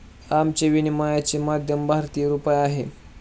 आमचे विनिमयाचे माध्यम भारतीय रुपया आहे